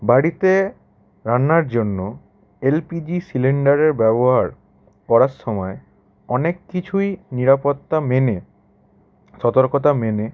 বাড়িতে রান্নার জন্য এল পি জি সিলিন্ডারের ব্যবহার করার সমায় অনেক কিছুই নিরাপত্তা মেনে সতর্কতা মেনে